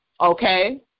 okay